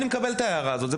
את ההערה הזאת אני מקבל.